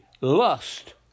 lust